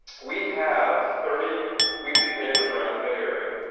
we have thirty weekly papers around the bay area.